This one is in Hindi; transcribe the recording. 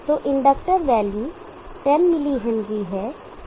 तो इंडक्टर वैल्यू 10 mH है